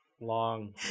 long